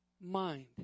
mind